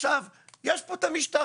עכשיו יש פה את המשטרה,